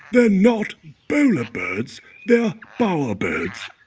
they're not bowler birds they're bowerbirds.